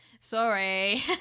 Sorry